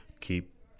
keep